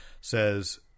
says